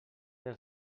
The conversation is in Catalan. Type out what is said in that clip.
del